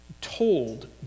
told